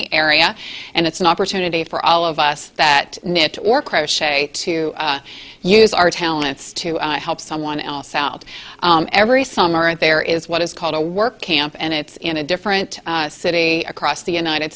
the area and it's an opportunity for all of us that knit or crochet to use our talents to help someone else out every summer there is what is called a work camp and it's in a different city across the united